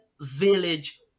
village